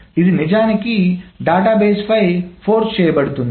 ఇది నిజానికి డేటాబేస్పై ఫోర్స్ చేయబడుతుంది